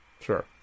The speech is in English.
Sure